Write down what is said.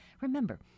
Remember